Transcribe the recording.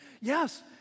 Yes